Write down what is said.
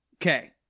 okay